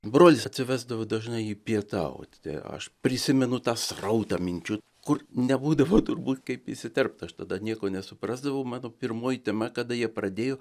brolis atsivesdavo dažnai jį pietaut aš prisimenu tą srautą minčių kur nebūdavo turbūt kaip įsiterpt aš tada nieko nesuprasdavau mano pirmoji tema kada jie pradėjo